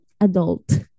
adult